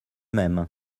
mêmes